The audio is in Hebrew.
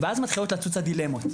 ואז מתחילות לצוץ הדילמות.